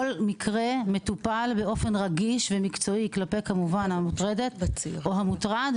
כל מקרה באמת מטופל באופן רגיש ומקצועי כלפי המוטרדת או המוטרד,